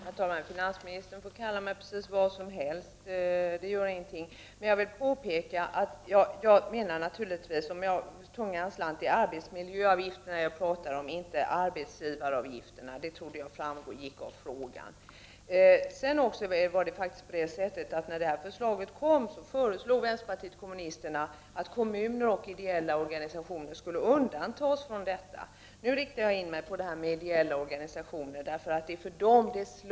Herr talman! Finansministern får kalla mig precis vad som helst. Det gör ingenting. Jag vill påpeka att det naturligtvis är arbetsmiljöavgifterna jag talar om, inte arbetsgivaravgifterna. Jag trodde detta framgick av frågan. När förslaget om arbetsmiljöavgifterna kom föreslog vänsterpartiet kommunisterna att kommuner och ideella organisationer skulle undantas från detta. Nu riktar jag in mig på frågan om de ideella organisationerna eftersom denna avgift för dem slår mycket snett.